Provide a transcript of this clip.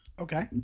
Okay